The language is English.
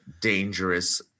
dangerous